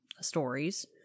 stories